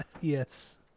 Yes